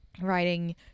writing